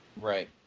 Right